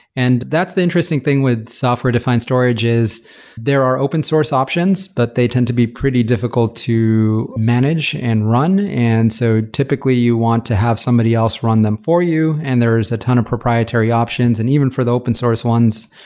and that's the interesting thing with software defined storage, is there are open source options, but they tend to be pretty difficult to manage and run. and so, typically, you want to have somebody else run them for you and there's a ton of proprietary options. and even for the open-source ones,